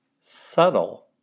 Subtle